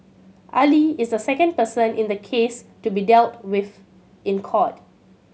Ali is the second person in the case to be dealt with in court